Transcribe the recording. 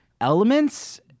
elements